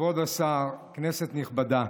כבוד השר, כנסת נכבדה,